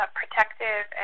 protective